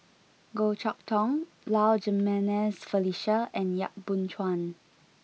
Goh Chok Tong Low Jimenez Felicia and Yap Boon Chuan